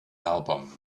album